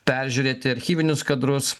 peržiūrėti archyvinius kadrus